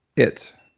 it,